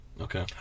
okay